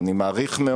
על מי אנחנו עובדים?